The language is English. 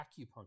acupuncture